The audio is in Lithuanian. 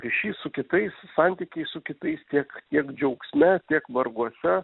ryšys su kitais santykiai su kitais tiek tiek džiaugsme tiek varguose